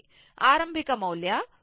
ಆರಂಭಿಕ ಮೌಲ್ಯ VC 0 ಆಗಿದೆ